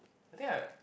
I think I